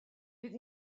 bydd